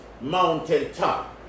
mountaintop